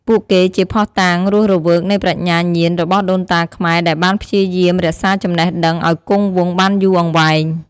ពួកគេជាភស្តុតាងរស់រវើកនៃប្រាជ្ញាញាណរបស់ដូនតាខ្មែរដែលបានព្យាយាមរក្សាចំណេះដឹងឱ្យគង់វង្សបានយូរអង្វែង។